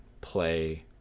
play